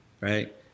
right